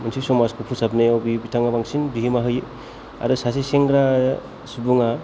मोनसे समाजखौ फोसाबनायाव बे बिथाङा बांसिन बिहोमा होयो आरो सासे सेंग्रा सुबुङा